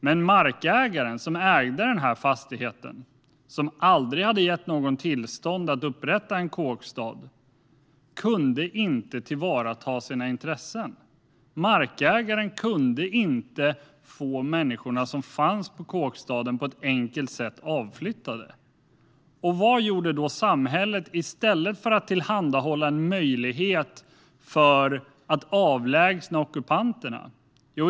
Men markägaren som ägde fastigheten och som aldrig hade gett någon tillstånd att upprätta en kåkstad kunde inte tillvarata sina intressen. Markägaren kunde inte få de människor som fanns i kåkstaden avflyttade på ett enkelt sätt. Vad gjorde då samhället i stället för att tillhandahålla en möjlighet att avlägsna ockupanterna?